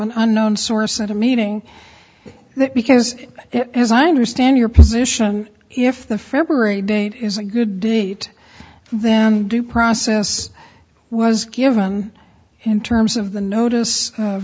an unknown source at a meeting that because as i understand your position if the february date is a good date then due process was given in terms of the notice of